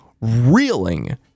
reeling